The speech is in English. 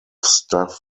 staff